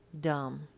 dumb